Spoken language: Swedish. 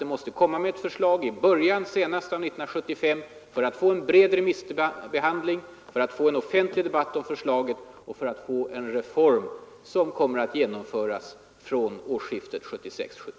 Den måste komma med ett förslag senast i början av 1975 för att vi skall få en bred remissbehandling av förslaget och en offentlig debatt om det och för att vi skall få en reform som kommer att genomföras från årsskiftet 1976/77.